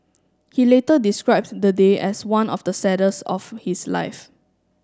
he later described the day as one of the saddest of his life